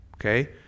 okay